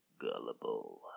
gullible